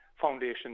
foundation